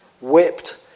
whipped